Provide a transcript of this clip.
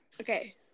Okay